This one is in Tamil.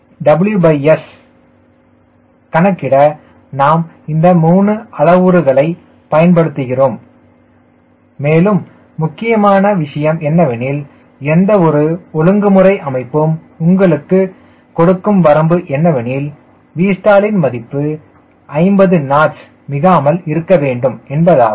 WS யை கணக்கிட நாம் இந்த 3 அளவுருக்களை பயன்படுத்துகிறோம் மேலும் முக்கியமான விஷயம் என்னவெனில் எந்தவொரு ஒழுங்குமுறை அமைப்பும் உங்களுக்கு கொடுக்கும் வரம்பு என்னவெனில் Vstall யின் மதிப்பு 50 knots மிகாமல் இருக்கவேண்டும் என்பதாகும்